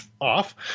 off